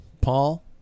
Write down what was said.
Paul